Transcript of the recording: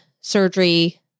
surgery